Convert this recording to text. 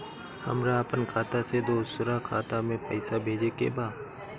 हमरा आपन खाता से दोसरा खाता में पइसा भेजे के बा